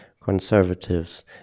conservatives